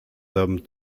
hommes